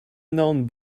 known